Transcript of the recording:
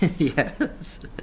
Yes